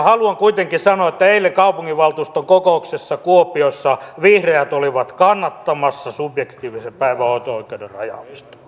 haluan kuitenkin sanoa että eilen kaupunginvaltuuston kokouksessa kuopiossa vihreät olivat kannattamassa subjektiivisen päivähoito oikeuden rajaamista